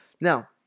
Now